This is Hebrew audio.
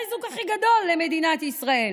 באמת, זה החיזוק הכי גדול למדינת ישראל.